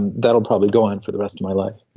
and that will probably go on for the rest of my life